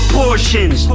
portions